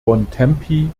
bontempi